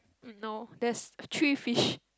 no there's three fish